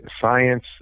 science